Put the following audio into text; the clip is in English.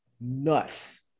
nuts